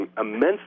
immensely